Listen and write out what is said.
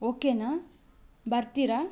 ಓಕೆನಾ ಬರ್ತೀರಾ